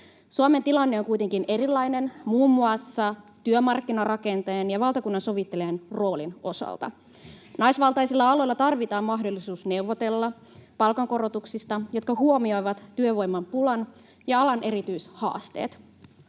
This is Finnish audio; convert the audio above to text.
Suomen tilanne on kuitenkin erilainen muun muassa työmarkkinarakenteen ja valtakunnansovittelijan roolin osalta. Naisvaltaisilla aloilla tarvitaan mahdollisuus neuvotella palkankorotuksista, jotka huomioivat työvoimapulan ja alan erityishaasteet.